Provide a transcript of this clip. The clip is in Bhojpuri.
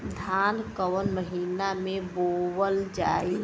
धान कवन महिना में बोवल जाई?